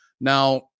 Now